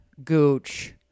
Gooch